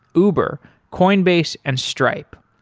uber, coinbase and stripe.